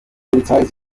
polizei